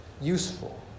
useful